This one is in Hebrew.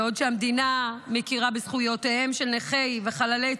בעוד המדינה מכירה בזכויותיהם של נכי וחללי צה"ל,